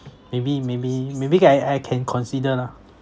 maybe maybe maybe I I can consider lah